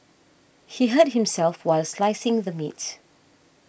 he hurt himself while slicing the meat